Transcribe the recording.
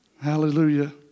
Hallelujah